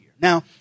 Now